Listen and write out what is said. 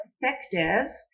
effective